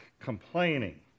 complaining